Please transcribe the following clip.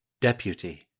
Deputy